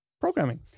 programming